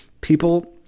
people